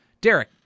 Derek